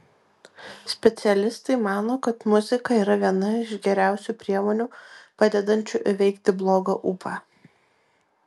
specialistai mano kad muzika yra viena iš geriausių priemonių padedančių įveikti blogą ūpą